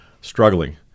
struggling